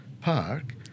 park